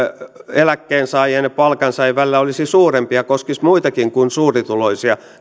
eläkkeensaajien ja palkansaajien välillä olisi suurempi ja koskisi muitakin kuin suurituloisia